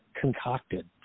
concocted